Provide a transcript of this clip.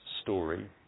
story